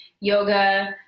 yoga